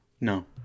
No